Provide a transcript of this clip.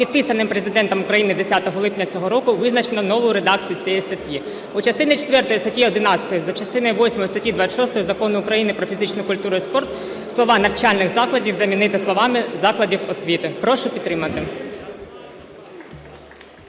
підписаним Президентом України 10 липня цього року, визначено нову редакцію цієї статті. У частині 4 статті 11 та частини 8 статті 26 Закону України "Про фізичну культуру і спорт" слова: "навчальних закладів" замінити словами "закладів освіти". Прошу підтримати.